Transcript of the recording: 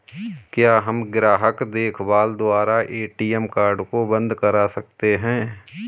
क्या हम ग्राहक देखभाल द्वारा ए.टी.एम कार्ड को बंद करा सकते हैं?